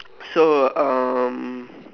so um